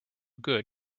good